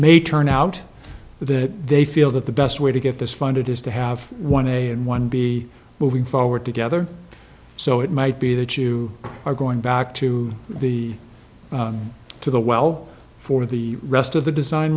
may turn out that they feel that the best way to get this funded is to have one a and one b moving forward together so it might be that you are going back to the to the well for the rest of the design